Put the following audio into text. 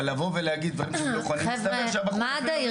אבל לבוא ולהגיד דברים שהם -- חבר'ה מד"א הם